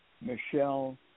Michelle